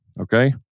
Okay